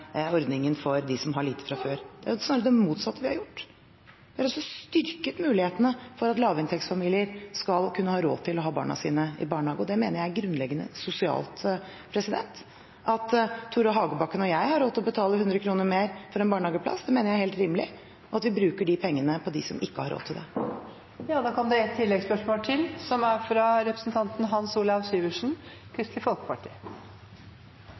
ordningen for dem som har lite fra før. Det er snarere det motsatte vi har gjort. Vi har altså styrket mulighetene for at lavinntektsfamilier skal kunne ha råd til å ha barna sine i barnehage, og det mener jeg er grunnleggende sosialt. Tore Hagebakken og jeg har råd til å betale 100 kr mer for en barnehageplass, det mener jeg er helt rimelig, og vi bruker de pengene på dem som ikke har råd til det. Hans Olav Syversen – til oppfølgingsspørsmål. Det blir litt interessant når man bruker spørsmålsstillingen til statsråden til å angripe partier som